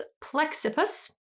plexippus